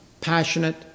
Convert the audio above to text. passionate